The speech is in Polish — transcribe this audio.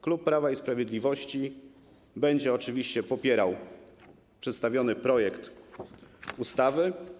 Klub Prawo i Sprawiedliwość będzie oczywiście popierał przedstawiony projekt ustawy.